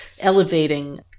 elevating